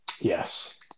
Yes